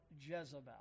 Jezebel